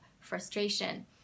frustration